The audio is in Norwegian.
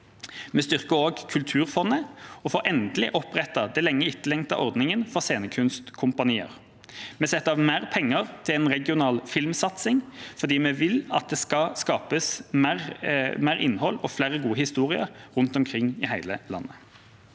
Vi styrker også kulturfondet og får endelig opprettet den lenge etterlengtede ordningen for scenekunstkompanier. Vi setter av mer penger til en regional filmsatsing fordi vi vil at det skal skapes mer innhold og flere gode historier rundt omkring i hele landet.